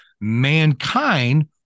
mankind